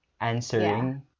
answering